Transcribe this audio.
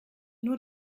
nur